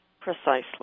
Precisely